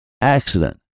accident